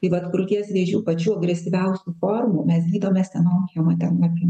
tai va krūties vėžių pačių agresyviausių formų mes gydome sena chemoterapija